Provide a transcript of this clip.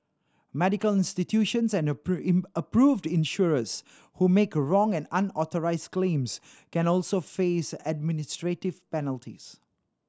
medical institutions and approved insurers who make wrong or unauthorised claims can also face administrative penalties